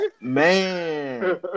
man